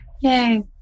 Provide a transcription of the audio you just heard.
yay